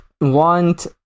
want